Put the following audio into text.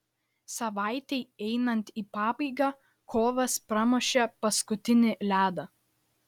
savaitei einant į pabaigą kovas pramušė paskutinį ledą